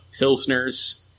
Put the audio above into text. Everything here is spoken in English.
Pilsners